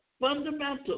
fundamental